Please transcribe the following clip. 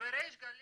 בריש גלי